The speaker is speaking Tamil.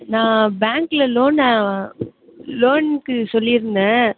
நான் பேங்க்கில் லோன்னை லோனுக்கு சொல்லிருந்தேன்